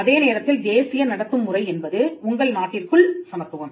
அதே நேரத்தில் தேசிய நடத்தும் முறை என்பது உங்கள் நாட்டிற்குள் சமத்துவம்